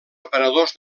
operadors